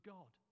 God